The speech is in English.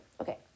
okay